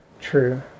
True